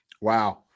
Wow